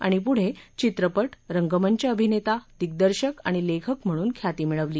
आणि पुढे चित्रपट रंगमंच अभिनेता दिग्दर्शक आणि लेखक म्हणून ख्याती मिळवली